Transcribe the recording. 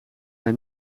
hij